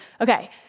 Okay